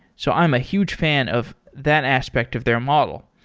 so i m a huge fan of that aspect of their model.